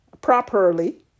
properly